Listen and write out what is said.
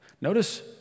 Notice